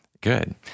good